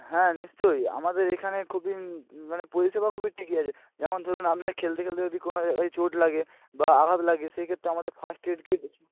হ্যাঁ নিশ্চয়ই আমাদের এখানে খুবই মানে পরিষেবা খুবই ঠিকই আছে যেমন ধরুন আপনি খেলতে খেলতে যদি কোনো জায়গায় চোট লাগে বা আঘাত লাগে সেইক্ষেত্রে আমাদের ফার্স্ট এড কিট আছে